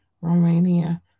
Romania